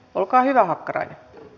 rahoitetaanko niitä jotenkin